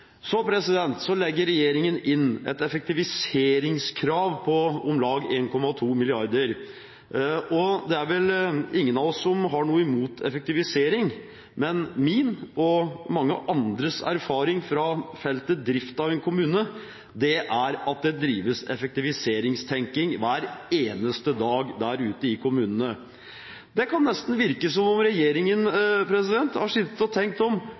Så legger regjeringen inn et effektiviseringskrav på om lag 1,2 mrd. kr. Det er vel ingen av oss som har noe imot effektivisering, men min og mange andres erfaring fra feltet drift av en kommune er at det drives effektiviseringstenkning hver eneste dag der ute i kommunene. Det kan nesten virke som om regjeringen har sittet og tenkt: Hva om